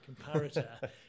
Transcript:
comparator